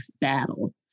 battle